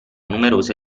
numerose